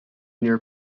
near